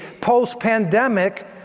post-pandemic